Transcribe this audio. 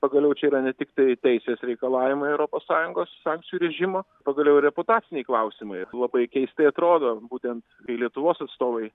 pagaliau čia yra ne tiktai teisės reikalavimai europos sąjungos sankcijų režimo pagaliau reputaciniai klausimai labai keistai atrodo būtent kai lietuvos atstovai